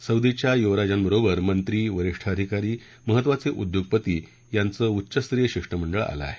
सौदीच्या युवराजांबरोबर मंत्री वरीष्ठ अधिकारी महत्त्वाचे उद्योगपती यांचं उच्चस्तरीय शिष्टमंडळ आलं आहे